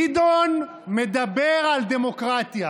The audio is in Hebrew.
גדעון מדבר על דמוקרטיה,